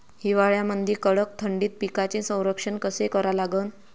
हिवाळ्यामंदी कडक थंडीत पिकाचे संरक्षण कसे करा लागन?